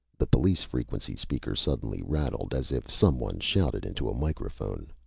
the police-frequency speaker suddenly rattled, as if someone shouted into a microphone.